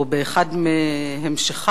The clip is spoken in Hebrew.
או באחד מהמשכיו,